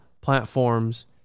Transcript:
platforms